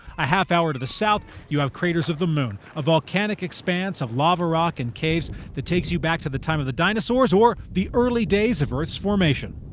a half hour to the south you have craters of the moon, a volcanic expanse of lava rock and caves that takes you back to the time of the dinosaurs or the early days of earth's formation.